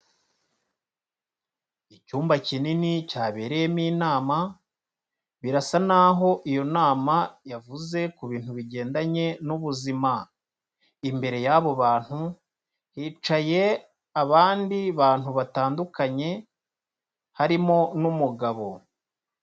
Icyumba kinini cyabereyemo inama, birasa n'aho iyo nama yavuze ku bintu bigendanye n'ubuzima. Imbere y'abo bantu hicaye abandi bantu batandukanye, harimo n'umugabo.